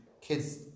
Kids